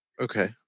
Okay